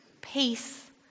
Peace